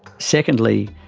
secondly,